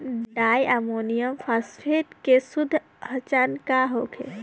Di ammonium phosphate के शुद्ध पहचान का होखे?